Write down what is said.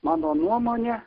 mano nuomone